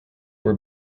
were